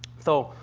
so,